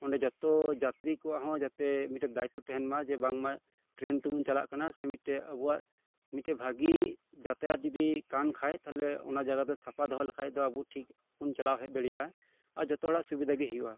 ᱚᱸᱰᱮ ᱡᱚᱛᱚ ᱡᱟᱛᱨᱤ ᱠᱚᱣᱟᱜ ᱦᱚᱸ ᱡᱟᱥᱛᱤ ᱫᱟᱭᱤᱛᱛᱚ ᱛᱟᱦᱮᱱᱢᱟ ᱵᱟᱝᱢᱟ ᱴᱨᱮᱱ ᱛᱮᱵᱚᱱ ᱪᱟᱞᱟᱜ ᱠᱟᱱᱟ ᱥᱮ ᱢᱤᱫ ᱴᱮᱱ ᱟᱵᱚᱣᱟᱜ ᱢᱤᱫ ᱴᱮᱱ ᱵᱷᱟᱜᱮ ᱡᱟᱛᱛᱨᱟ ᱠᱟᱱ ᱠᱷᱟᱱ ᱚᱱᱟ ᱡᱟᱸᱜᱟ ᱫᱚ ᱥᱟᱯᱷᱟ ᱫᱚᱦᱚ ᱞᱮᱠᱷᱟᱱ ᱫᱚ ᱟᱵᱚᱴᱷᱤᱠ ᱵᱚᱱ ᱪᱟᱞᱟᱣ ᱦᱮᱡ ᱫᱟᱲᱮᱭᱟᱜᱼᱟ ᱟᱨ ᱡᱷᱚᱛᱚ ᱦᱚᱲᱟᱜ ᱥᱩᱵᱤᱫᱷᱟ ᱜᱮ ᱦᱳᱭᱳᱜᱼᱟ